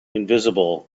invisible